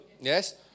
yes